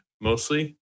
mostly